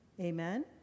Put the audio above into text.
Amen